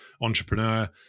entrepreneur